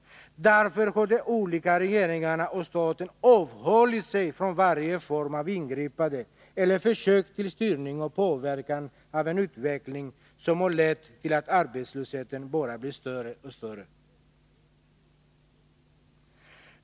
Därför har de olika regeringarna och staten avhållit sig från varje form av ingripande eller försök till styrning och påverkan av en utveckling som har lett till att arbetslösheten bara blivit större och större.